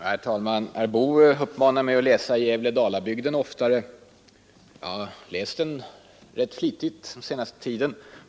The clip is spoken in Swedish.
Herr talman! Herr Boo uppmanade mig att läsa Gävle-Dalabygden oftare. Jag har läst den rätt flitigt den senaste tiden.